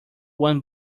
one